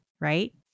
right